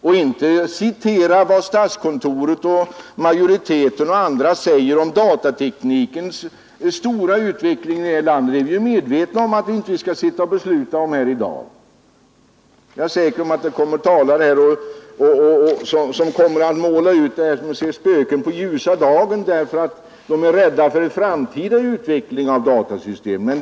Här citerar man vad statskontoret, utskottsmajoriteten och andra säger om datateknikens framtida utveckling här i landet. Den skall vi inte besluta om här i dag. Jag är säker på att det kommer upp talare som här ser spöken på ljusan dag, därför att de är rädda för en framtida utveckling av datasystemen.